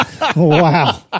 Wow